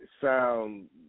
sound